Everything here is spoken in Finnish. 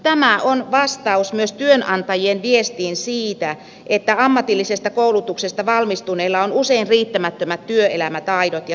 tämä on vastaus myös työnantajien viestiin siitä että ammatillisesta koulutuksesta valmistuneilla on usein riittämättömät työelämätaidot ja työelämävalmiudet